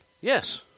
Yes